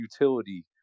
utility